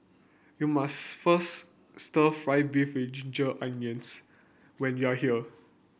you must first Stir Fried Beef with Ginger Onions when you are here